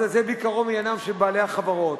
אזי זה בעיקרו עניינם של בעלי החברות,